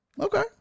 Okay